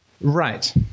Right